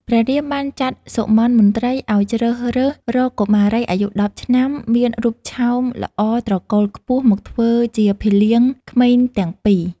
ព្រះរាមបានចាត់សុមន្តីមន្ត្រីឱ្យជ្រើសរើសរកកុមារីអាយុ១០ឆ្នាំ មានរូបឆោមល្អត្រកូលខ្ពស់មកធ្វើជាភីលៀងក្មេងទាំងពីរ។